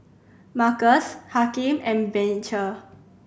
Markus Hakim and Beecher